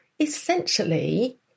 essentially